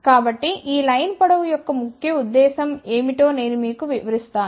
కాబట్టి ఈ లైన్ పొడవు యొక్క ఉద్దేశ్యం ఏమిటో నేను మీకు వివరిస్తాను